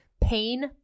pain